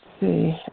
see